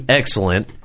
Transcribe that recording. excellent